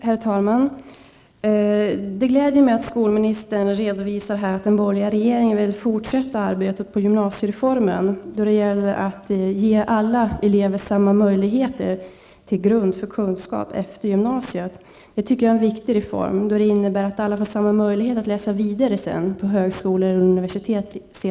Herr talman! Det glädjer mig att skolministern här redovisar att den borgerliga regeringen vill fortsätta arbetet på gymnasiereformen då det gäller att ge alla elever samma till grund för utbildning efter gymnasiet. Jag tycker att detta är en viktig reform, eftersom det innebär att alla får samma möjlighet att senare i livet läsa vidare på högskolor eller universitet.